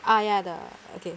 ah ya the okay